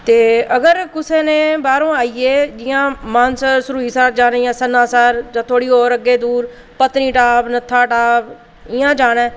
ते अगर कुसै ने बाह्रों आइयै मानसर सरूईंसर जाने गी जां सनासर थोह्ड़ी दूर होर अग्गें जाने गी पत्नीटॉप नत्थाटॉप होर अग्गें ई जाना ऐ